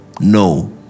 no